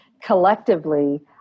collectively